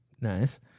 nice